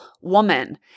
woman